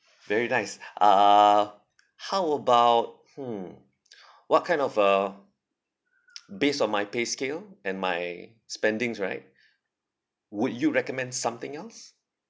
very nice uh how about hmm what kind of uh based on my pay scale and my spendings right would you recommend something else